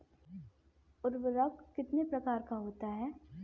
उर्वरक कितने प्रकार का होता है?